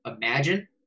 imagine